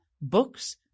books